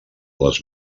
les